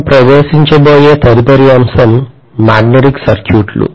మనం ప్రవేశించబోయే తదుపరి అంశం మాగ్నెటిక్ సర్క్యూట్లు